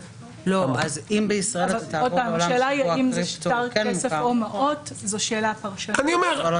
השאלה אם זה שטר כסף או מעות, זו שאלה פרשנית.